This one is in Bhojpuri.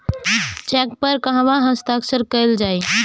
चेक पर कहवा हस्ताक्षर कैल जाइ?